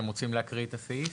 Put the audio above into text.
אתם רוצים להקריא את הסעיף?